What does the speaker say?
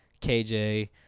KJ